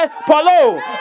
Paulo